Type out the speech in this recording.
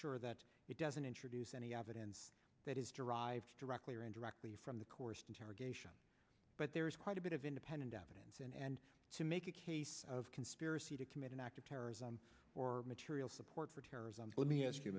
sure that it doesn't introduce any evidence that is derived directly or indirectly from the course of interrogation but there is quite a bit of independent evidence and to make a case of conspiracy to commit an act of terrorism or material support for terrorism let me ask you